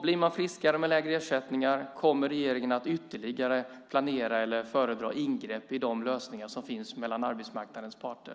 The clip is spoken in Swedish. Blir man friskare med lägre ersättningar? Kommer regeringen att ytterligare planera eller föredra ingrepp i de lösningar som finns mellan arbetsmarknadens parter?